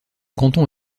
canton